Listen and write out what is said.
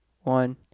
one